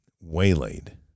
waylaid